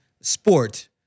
sport